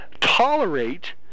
tolerate